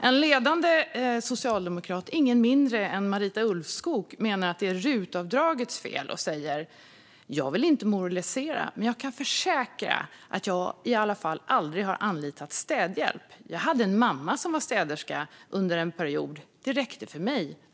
En ledande socialdemokrat, ingen mindre än Marita Ulvskog, menar att det är rutavdragets fel och säger: "Jag vill inte moralisera men jag kan försäkra att jag i alla fall aldrig har anlitat städhjälp. Jag hade en mamma som var städerska under en period, det räckte för mig".